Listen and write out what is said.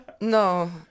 no